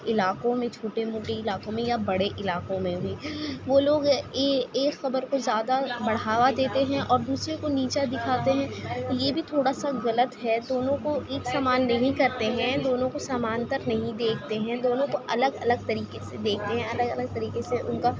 علاقوں میں چھوٹے موٹے علاقوں میں یا بڑے علاقوں میں بھی وہ لوگ ایک خبر کو زیادہ بڑھاوا دیتے ہیں اور دوسرے کو نیچا دکھاتے ہیں یہ بھی تھوڑا سا غلط ہے دونوں کو ایک سمان نہیں کرتے ہیں دونوں کو سمانتر نہیں دیکھتے ہیں دونوں کو الگ الگ طریقے سے دیکھتے ہیں الگ الگ طریقے سے ان کا